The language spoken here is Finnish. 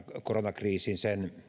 koronakriisin